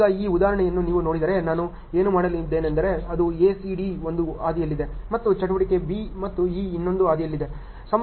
ಈಗ ಈ ಉದಾಹರಣೆಯನ್ನು ನೀವು ನೋಡಿದರೆ ನಾನು ಏನು ಮಾಡಲಿದ್ದೇನೆಂದರೆ ಅದು A C D ಒಂದು ಹಾದಿಯಲ್ಲಿದೆ ಮತ್ತು ಚಟುವಟಿಕೆ B ಮತ್ತು E ಇನ್ನೊಂದು ಹಾದಿಯಲ್ಲಿದೆ